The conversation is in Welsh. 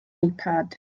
ipad